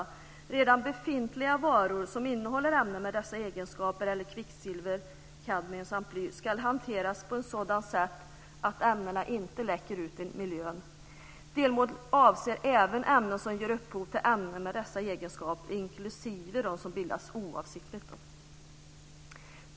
Redan befintliga varor som innehåller ämnen med dessa egenskaper eller kvicksilver, kadmium samt bly ska hanteras på ett sådant sätt att ämnena inte läcker ut i miljön. Delmålet avser även ämnen som ger upphov till ämnen med dessa egenskaper, inklusive de som bildats oavsiktligt.